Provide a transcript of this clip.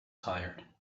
tired